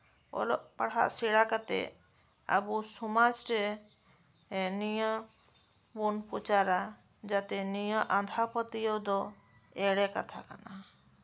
ᱚᱞᱚᱜ ᱯᱟᱲᱦᱟᱜ ᱥᱮᱬᱟ ᱠᱟᱛᱮ ᱟᱵᱚ ᱥᱚᱢᱟᱡ ᱨᱮ ᱮᱸᱜ ᱱᱚᱭᱟᱹ ᱵᱚᱱ ᱯᱚᱪᱟᱨᱟ ᱡᱟᱛᱮ ᱱᱤᱭᱟᱹ ᱟᱸᱫᱷᱟ ᱯᱟᱹᱛᱭᱟᱹᱣ ᱫᱚ ᱮᱲᱮ ᱠᱟᱛᱷᱟ ᱠᱟᱱᱟ